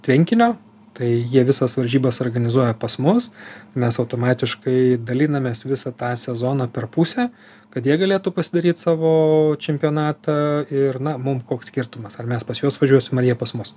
tvenkinio tai jie visas varžybas organizuoja pas mus mes automatiškai dalinamės visą tą sezoną per pusę kad jie galėtų pasidaryt savo čempionatą ir na mum koks skirtumas ar mes pas juos važiuosim ar jie pas mus